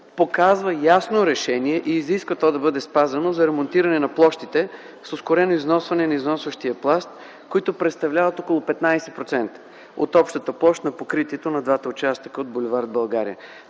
показва ясно решение (и изисква то да бъде спазено) за ремонтиране на площите с ускорено износване на износващия пласт, които представляват около 15% от общата площ на покритието на двата участъка от бул. „България”.